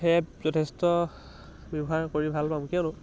সেই এপ যথেষ্ট ব্যৱহাৰ কৰি ভাল পাম কিয়নো